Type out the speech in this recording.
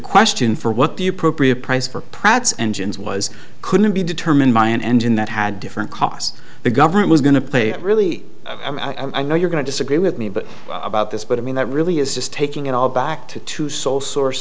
question for what the appropriate price for pratt's engines was couldn't be determined by an engine that had different costs the government was going to play out really i know you're going to disagree with me but about this but i mean that really is just taking it all back to two sole source